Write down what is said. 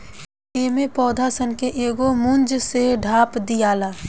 एमे पौधा सन के एगो मूंज से ढाप दियाला